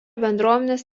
bendruomenės